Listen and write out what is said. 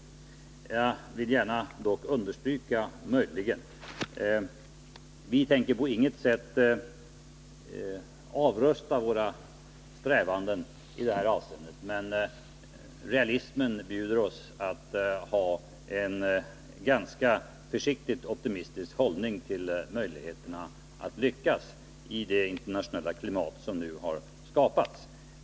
Jag vill dock gärna understryka att vi på inget sätt tänker avrusta våra strävanden i det här avseendet, men realismen bjuder oss att ha en ganska försiktigt optimistisk hållning till möjligheterna att lyckas i det internationella klimat som nu har skapats.